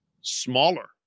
smaller